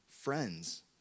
friends